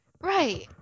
Right